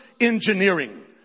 engineering